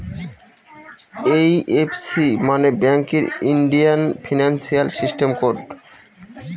IFC মানে ব্যাঙ্কের Indian financial system code